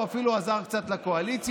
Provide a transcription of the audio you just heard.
והוא אפילו עזר קצת לקואליציה.